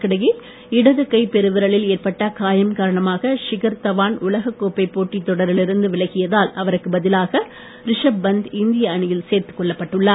இதற்கிடையே இடது கை பெருவிரலில் ஏற்பட்ட காயம் காரணமாக ஷிகர் தவாண் உலக கோப்பை போட்டித் தொடரில் இருந்து விலகியதால் அவருக்கு பதிலாக ரிஷப் பந்த் இந்திய அணியில் சேர்த்துக்கொள்ளப்பட்டுள்ளார்